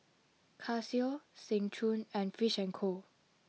Casio Seng Choon and Fish and Co